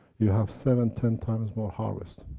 you have seven, tens times more harvest.